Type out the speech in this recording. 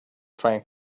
trying